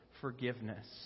forgiveness